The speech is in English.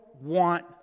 want